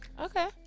Okay